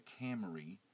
Camry